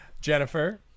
Jennifer